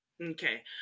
Okay